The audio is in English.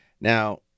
Now